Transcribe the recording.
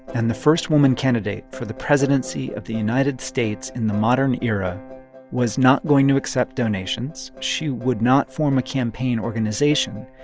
and the first woman candidate for the presidency of the united states in the modern era was not going to accept donations. she would not form a campaign organization.